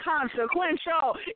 Consequential